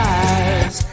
eyes